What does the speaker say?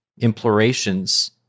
implorations